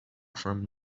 from